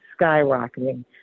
skyrocketing